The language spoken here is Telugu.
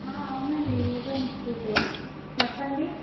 అవునండి యోగా ఇన్స్టిట్యూటే చెప్పండి